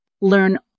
Learn